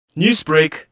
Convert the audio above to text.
Newsbreak